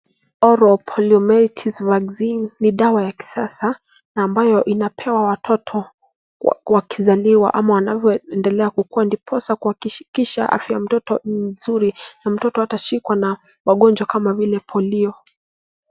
Oral Poliomyelitis Vaccine ni dawa ya kisasa na ambayo inapewa watoto wakizaliwa ama wanavyoendelea kukua, ndiposa kuhakikisha afya ya mtoto ni nzuri na mtoto hatashikwa na magonjwa kama vile polio.